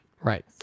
right